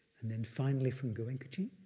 and then finally from goenkaji,